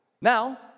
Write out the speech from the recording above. Now